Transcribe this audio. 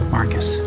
Marcus